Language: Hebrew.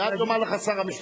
ואז יאמר לך שר המשפטים,